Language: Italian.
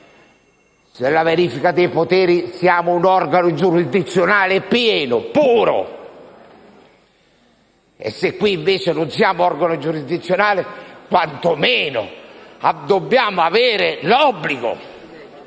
Per la verifica dei poteri siamo un organo giurisdizionale pieno e puro. E se qui, invece, non siamo un organo giurisdizionale, quanto meno dobbiamo avvertire